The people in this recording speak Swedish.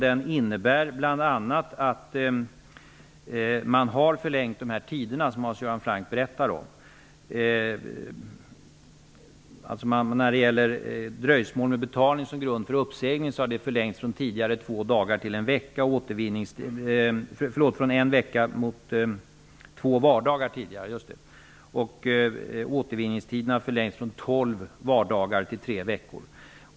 Den innebär bl.a. att man har förlängt tidsfristerna när det gäller dröjsmål med betalning som grund för uppsägning från tidigare två vardagar till en vecka. Återvinningstiden har förlängts från tolv vardagar till tre veckor.